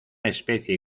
especie